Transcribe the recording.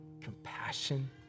compassion